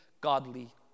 godly